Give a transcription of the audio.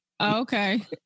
okay